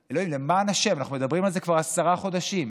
למען השם, אנחנו מדברים על זה כבר עשרה חודשים,